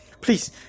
Please